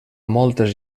moltes